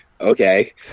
okay